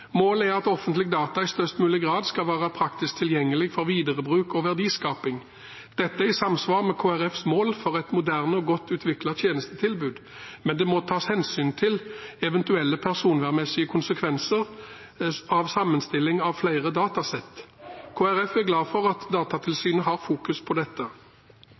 Målet er at offentlige data i størst mulig grad skal være praktisk tilgjengelig for viderebruk og verdiskaping. Dette er i samsvar med Kristelig Folkepartis mål for et moderne og godt utviklet tjenestetilbud. Men det må tas hensyn til eventuelle personvernmessige konsekvenser av sammenstilling av flere datasett. Kristelig Folkeparti er glad for at Datatilsynet har fokus på dette.